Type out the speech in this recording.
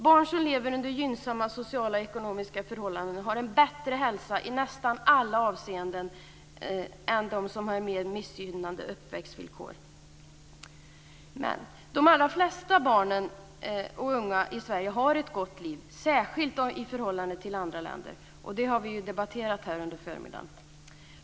Barn som lever under gynnsamma sociala och ekonomiska förhållanden har en bättre hälsa i nästan alla avseenden är dem som har mer missgynnade uppväxtvillkor. De allra flesta barn och unga i Sverige har ett gott liv, särskilt i förhållande till andra länder. Det har vi debatterat under förmiddagen.